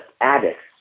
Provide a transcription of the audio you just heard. addicts